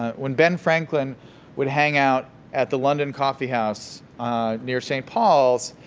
ah when ben franklin would hang out at the london coffeehouse near st. paul's,